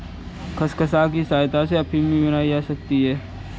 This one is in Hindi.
खसखस की सहायता से अफीम भी बनाई जा सकती है